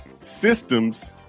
systems